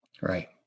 Right